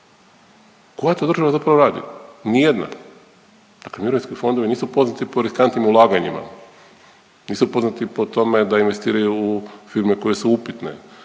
Koja to država zapravo radi? Ni jedna. Dakle, mirovinski fondovi nisu poznati po riskantnim ulaganjima, nisu poznati po tome da investiraju u firme koje su upitne,